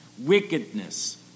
wickedness